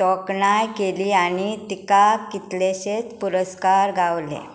तोखणाय केली आनी तिका कितलेशेच पुरस्कार गावले